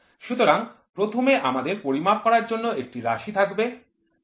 সুতরাং প্রথমে আমাদের পরিমাপ করার জন্য একটি রাশি থাকবে